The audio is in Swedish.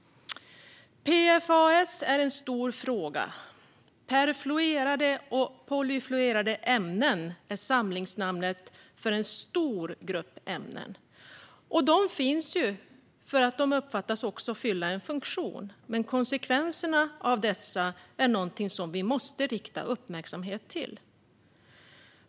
PFAS är en stor fråga - perfluorerade och polyfluorerade ämnen är samlingsnamnet för en stor grupp ämnen. De finns för att de uppfattas fylla en funktion, men konsekvenserna av dem är någonting som vi måste rikta uppmärksamheten mot.